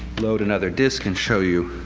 load another disc and show you,